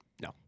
No